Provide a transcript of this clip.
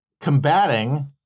combating